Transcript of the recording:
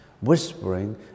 Whispering